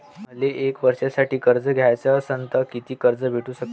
मले एक वर्षासाठी कर्ज घ्याचं असनं त कितीक कर्ज भेटू शकते?